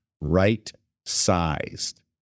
right-sized